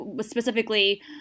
Specifically